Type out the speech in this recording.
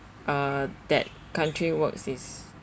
uh that country works is